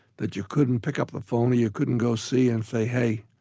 that you couldn't pick up the phone or you couldn't go see and say, hey,